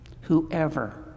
whoever